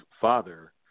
father